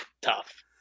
tough